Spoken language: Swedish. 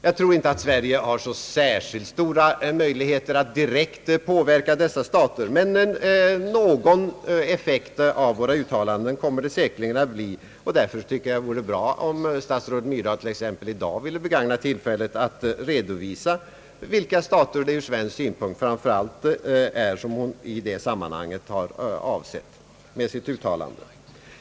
Jag tror inte att Sverige har särskilt stora möjligheter att direkt påverka dessa stater, men någon effekt kommer våra uttalanden säkerligen att få. Därför tycker jag det vore bra om statsrådet Myrdal t.ex. 1 dag ville begagna tillfället att redovisa vilka stater hon ur svensk synpunkt framför allt i det sammanhanget har avsett med sitt uttalande.